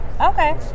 Okay